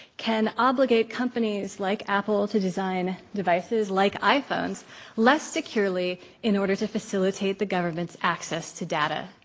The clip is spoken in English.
can obligate companies like apple to design devices like iphones less securely in order to facilitate the government's access to data.